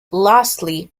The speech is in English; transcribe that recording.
lastly